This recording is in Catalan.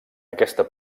aquesta